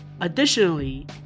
Additionally